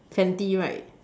Fenty right